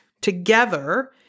together